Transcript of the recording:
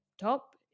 top